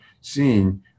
seeing